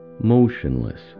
motionless